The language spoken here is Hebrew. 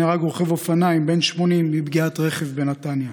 נהרג רוכב אופניים בן 80 מפגיעת רכב בנתניה,